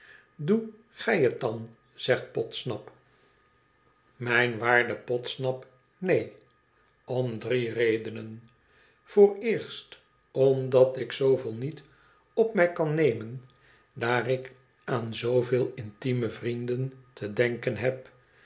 doe gij het dan zegt podsnap mijn waarde podsnap neen om drie redenen vooreerst omdat ik zooveel niet op mij kan nemen daar ik aan zooveel intieme vrienden te denken heb